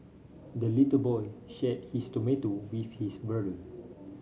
the little boy shared his tomato with his brother